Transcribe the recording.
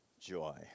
joy